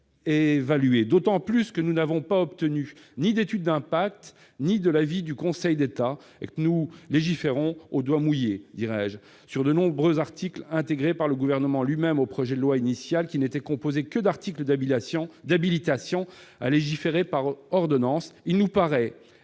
d'autant plus que nous n'avons obtenu ni étude d'impact ni avis du Conseil d'État, et que nous légiférons « au doigt mouillé » sur de nombreux articles que le Gouvernement a lui-même insérés dans le projet de loi initial, qui n'était composé que d'articles d'habilitation à légiférer par ordonnance.